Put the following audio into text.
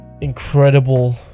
incredible